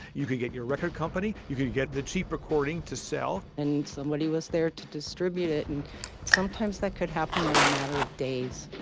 you can get your record company. you can get the cheap recording to sell and somebody was there to distribute it. and sometimes that could happen in a matter of days